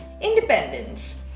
independence